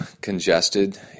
congested